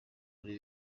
kuri